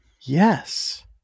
Yes